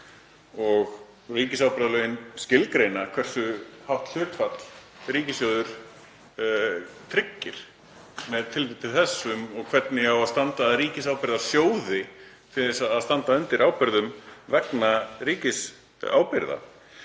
og ríkisábyrgðalögin skilgreina hversu hátt hlutfall ríkissjóður tryggir með tilliti til þess hvernig á að standa að Ríkisábyrgðasjóði til að standa undir ábyrgðum vegna ríkisábyrgða.